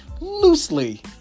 loosely